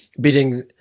beating